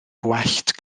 gwellt